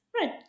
Right